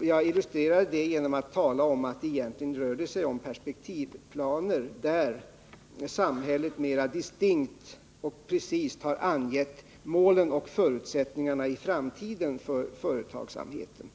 Jag illustrerade det genom att tala om att egentligen rör det sig om perspektivplaner, där samhället mera distinkt och precist har angivit målen och förutsättningarna i framtiden för företagsamheten.